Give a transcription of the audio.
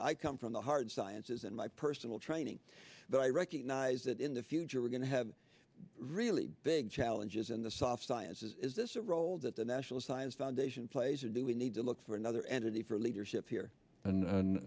area i come from the hard sciences and my personal training but i recognize that in the future we're going to have really big challenges in the soft science is this a role that the national science foundation plays or do we need to look for another entity for leadership here and